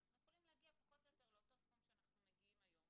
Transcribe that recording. אנחנו יכולים להגיע פחות או יותר לאותו סכום שאנחנו מגיעים היום,